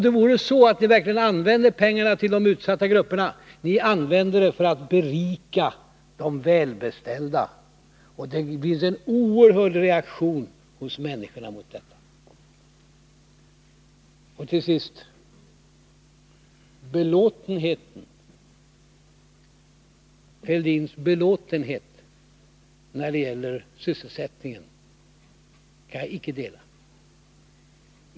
Låt vara att ni verkligen använde pengarna till de utsatta grupperna, men ni använder dem för att berika de välbeställda. Det finns en oerhörd reaktion hos människorna mot detta. Slutligen: Thorbjörn Fälldins belåtenhet med sysselsättningen kan jag icke dela.